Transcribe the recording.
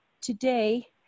Today